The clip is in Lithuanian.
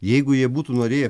jeigu jie būtų norėję